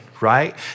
right